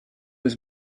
his